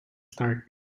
start